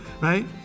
right